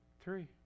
three